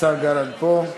השר גלנט פה.